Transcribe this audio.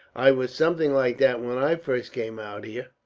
i was something like that, when i first came out here,